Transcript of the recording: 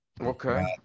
Okay